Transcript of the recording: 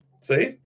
See